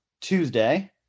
Tuesday